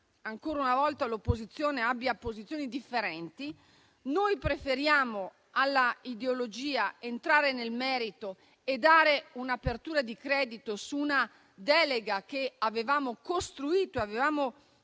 ancora una volta, l'opposizione abbia posizioni differenti. Noi preferiamo, alla ideologia, entrare nel merito e dare un'apertura di credito su una delega che avevamo costruito, avevamo